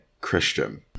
Christian